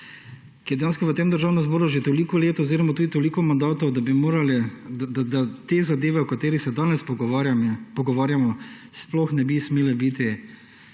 dejansko v Državnem zboru že toliko let oziroma tudi toliko mandatov, da te zadeve, o katerih se danes pogovarjamo, sploh ne bi smele biti